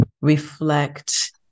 reflect